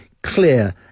clear